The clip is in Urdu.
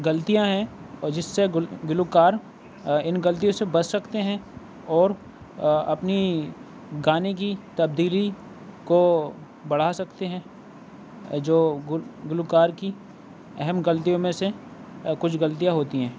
غلطیاں ہیں جس سے گلوکار آ اِن غلطیوں سے بچ سکتے ہیں اور اپنی گانے کی تبدیلی کو بڑھا سکتے ہیں جو گلوکار کی اہم غلطیوں میں سے کچھ غلطیاں ہوتی ہیں